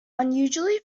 unusually